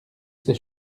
ses